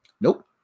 Nope